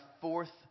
fourth